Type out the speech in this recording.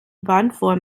bandwurm